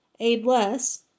Aidless